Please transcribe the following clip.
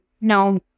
no